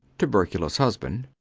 tuberculous husband.